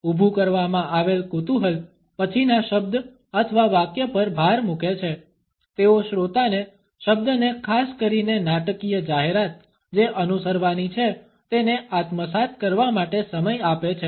ઊભું કરવામાં આવેલ કુતૂહલ પછીના શબ્દ અથવા વાક્ય પર ભાર મૂકે છે તેઓ શ્રોતાને શબ્દને ખાસ કરીને નાટકીય જાહેરાત જે અનુસરવાની છે તેને આત્મસાત કરવા માટે સમય આપે છે